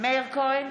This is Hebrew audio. מאיר כהן,